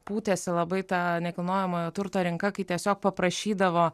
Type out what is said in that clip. pūtėsi labai ta nekilnojamojo turto rinka kai tiesiog paprašydavo